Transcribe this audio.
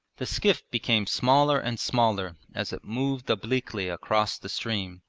the skiff became smaller and smaller as it moved obliquely across the stream,